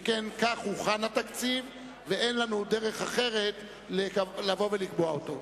שכן כך הוכן התקציב ואין לנו דרך אחרת לבוא ולקבוע אותו.